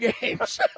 games